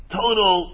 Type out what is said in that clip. total